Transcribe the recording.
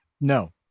No